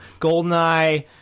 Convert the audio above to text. Goldeneye